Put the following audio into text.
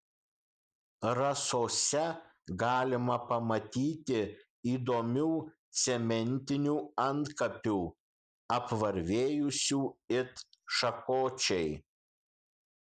rasose galima pamatyti įdomių cementinių antkapių apvarvėjusių it šakočiai